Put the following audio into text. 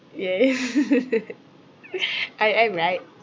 yes I am right